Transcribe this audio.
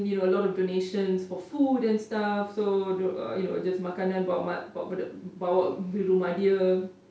you know a lot of donations for food and stuff so you know just makanan bawa pergi rumah dia